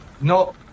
No